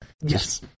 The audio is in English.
Yes